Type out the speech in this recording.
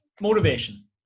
Motivation